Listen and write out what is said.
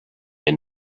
into